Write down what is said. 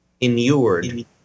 inured